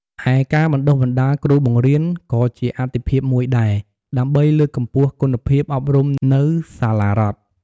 ឯការបណ្តុះបណ្តាលគ្រូបង្រៀន ក៏ជាអាទិភាពមួយដែរ ដើម្បីលើកកម្ពស់គុណភាពអប់រំនៅសាលារដ្ឋ។